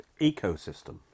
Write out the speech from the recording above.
ecosystem